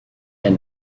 and